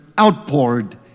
outpoured